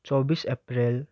Chaubis April